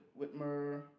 Whitmer